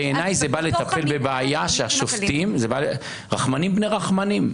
בעיניי זה בא לטפל בבעיה שהשופטים רחמנים בני רחמנים.